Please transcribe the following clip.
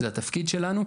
זה התפקיד שלנו,